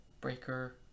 breaker